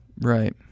Right